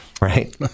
right